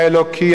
האלוקי,